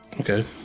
Okay